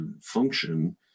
function